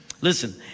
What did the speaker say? Listen